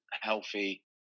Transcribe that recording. healthy